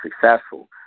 successful